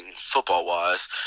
football-wise